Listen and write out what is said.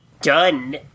Done